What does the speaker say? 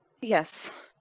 Yes